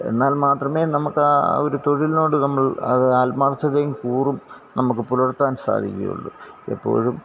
എന്നാൽ മാത്രമേ നമ്മള്ക്ക് ആ ഒരു തൊഴിലോട് നമ്മൾ അത് ആത്മാർത്ഥതയും കൂറും നമുക്ക് പുലർത്താൻ സാധിക്കുകയുള്ളു എപ്പോഴും